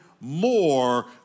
more